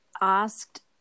asked